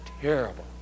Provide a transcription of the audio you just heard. terrible